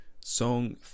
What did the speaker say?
Song